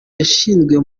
yashinzwe